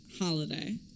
Holiday